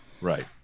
right